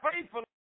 faithful